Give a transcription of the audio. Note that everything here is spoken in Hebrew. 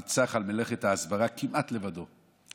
ניצח על מלאכת ההסברה כמעט לבדו,